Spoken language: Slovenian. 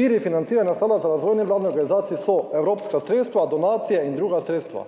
viri financiranja sklada za razvoj nevladnih organizacij so evropska sredstva, donacije in druga sredstva.